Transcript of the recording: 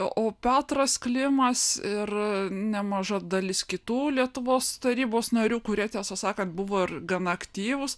o o petras klimas ir nemaža dalis kitų lietuvos tarybos narių kurie tiesą sakant buvo ir gana aktyvūs